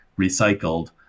recycled